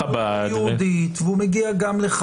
והוא מגיע לסוכנות היהודית,